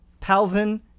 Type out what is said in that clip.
Palvin